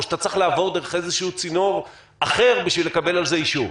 או שאתה צריך לעבור דרך איזשהו צינור אחר בשביל לקבל על זה אישור?